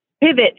pivot